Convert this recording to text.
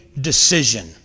decision